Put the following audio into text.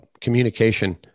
communication